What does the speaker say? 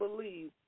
believe